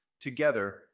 Together